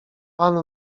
pan